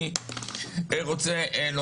כדי להבין את המציאות,